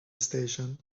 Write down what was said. station